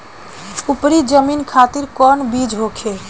उपरी जमीन खातिर कौन बीज होखे?